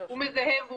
הוא מזהם,